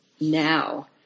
now